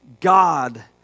God